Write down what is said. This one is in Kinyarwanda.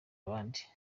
abandi